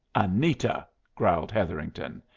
anita! growled hetherington.